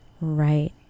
right